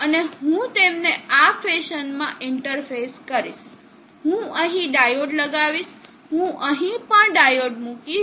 અને હું તેમને આ ફેશનમાં ઇન્ટરફેસ કરીશ હું અહીં ડાયોડ લગાવીશ હું અહીં પણ ડાયોડ મૂકીશ